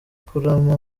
kurama